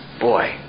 boy